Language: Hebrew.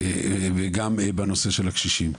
וגם בנושא של הקשישים,